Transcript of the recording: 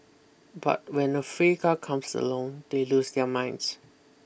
but when a free car comes along they lose their minds